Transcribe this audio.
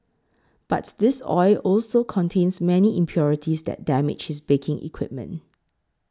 but this oil also contains many impurities that damage his baking equipment